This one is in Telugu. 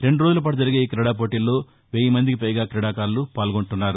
రెండు రోజులపాటు జరిగే ఈ క్రీడాపోటీల్లో వెయ్యి మందికి పైగా క్రీడాకారులు పాల్గొంటున్నారు